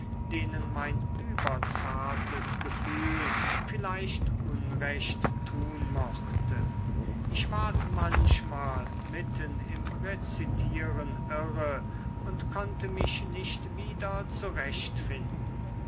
denen mein überzartes gefühl vielleicht unrecht tun mochte ich ward manchmal mitten im rezitieren irre und konnte mich nicht wieder zurecht